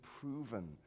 proven